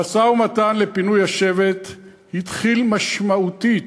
המשא-ומתן על פינוי השבט התחיל משמעותית